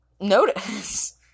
notice